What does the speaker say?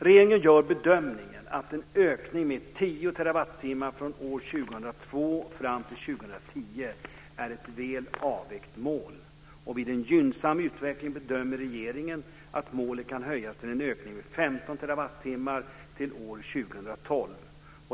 Regeringen gör bedömningen att en ökning med 10 terawattimmar från år 2002 fram till 2010 är ett väl avvägt mål. Vid en gynnsam utveckling bedömer regeringen att målet kan höjas till en ökning med 15 terawattimmar till år 2012.